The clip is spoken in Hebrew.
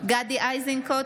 גדי איזנקוט,